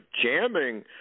jamming